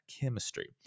chemistry